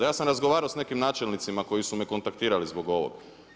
Ja sam razgovarao sa nekim načelnicima koji su me kontaktirali zbog ovog.